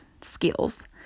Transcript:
skills